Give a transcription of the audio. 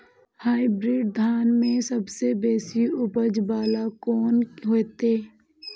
Hybrid धान में सबसे बेसी उपज बाला कोन हेते?